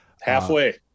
Halfway